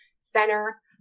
center